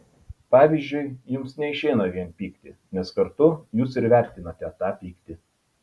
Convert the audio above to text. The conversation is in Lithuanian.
pavyzdžiui jums neišeina vien pykti nes kartu jūs ir vertinate tą pyktį